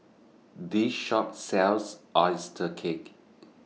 This Shop sells Oyster Cake